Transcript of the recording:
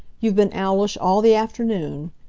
you've been owlish all the afternoon.